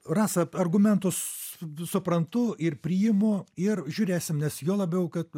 rasa argumentus suprantu ir priimu ir žiūrėsim nes juo labiau kad